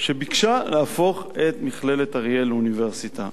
שביקשה להפוך את מכללת אריאל לאוניברסיטה,